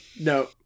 No